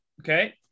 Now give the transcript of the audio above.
Okay